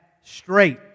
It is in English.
straight